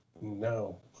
no